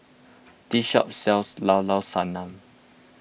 this shop sells Llao Llao Sanum